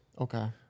Okay